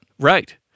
Right